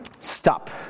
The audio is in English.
stop